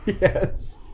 Yes